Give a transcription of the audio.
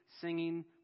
singing